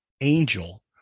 angel